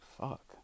Fuck